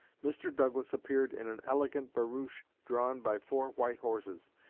mr. douglas appeared in an elegant barouche drawn by four white horses,